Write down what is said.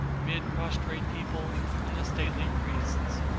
mid prostrate people and the stately priests,